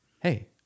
hey